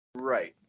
Right